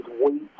wait